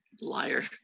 liar